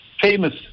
famous